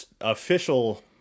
official